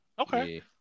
Okay